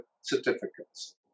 certificates